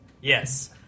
Yes